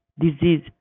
disease